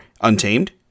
Untamed